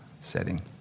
setting